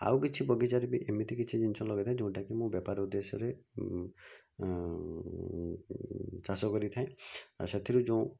ଆଉ କିଛି ବଗିଚାରେ ବି ଏମିତି କିଛି ଜିନିଷ ଲଗେଇଥାଏ ଯେଉଁଟାକି ମୁଁ ବେପାର ଉଦ୍ଦେଶ୍ୟରେ ଚାଷ କରିଥାଏ ଆଉ ସେଥିରୁ ଯେଉଁ